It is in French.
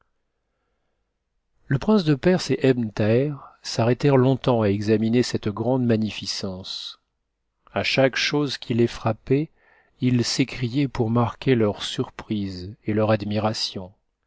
le prince de perse et ebn thaher s'arfétèrent longtemps à examiner n cette grande magnificence a chaque chose qui les frappait ils s'écriaient pour marquer leur surprise et leur admiration